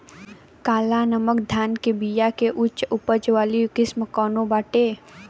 काला नमक धान के बिया के उच्च उपज वाली किस्म कौनो बाटे?